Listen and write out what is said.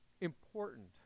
important